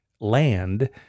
land